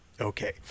okay